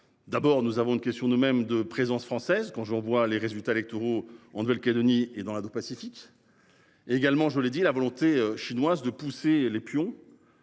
D'abord nous avons une question de même de présence française. Quand je revois les résultats électoraux en Nouvelle-Calédonie et dans la pacifique. Également, je l'ai dit la volonté chinoise de pousser les pions.